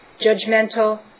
judgmental